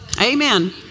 Amen